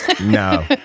no